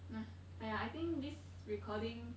!aiya! I think this recording